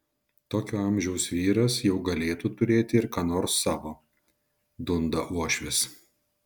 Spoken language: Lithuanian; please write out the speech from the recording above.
tokio amžiaus vyras jau galėtų turėti ir ką nors savo dunda uošvis